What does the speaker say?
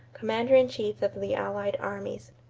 commander-in-chief of the allied armies.